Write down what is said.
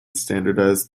standardized